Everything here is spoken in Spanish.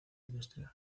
industrial